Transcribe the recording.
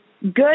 good